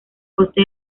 coste